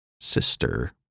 sister